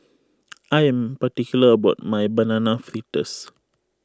I am particular about my Banana Fritters